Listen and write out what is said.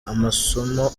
amasomo